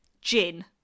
gin